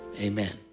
Amen